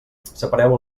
separeu